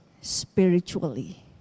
spiritually